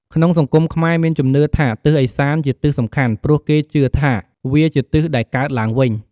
ក្នុងសង្គមខ្មែរមានជំនឿថាទិសឦសានជាទិសសំខាន់ ព្រោះគេជឿ ថាវាជាទិសដែលកើតឡើងវិញ។